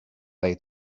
they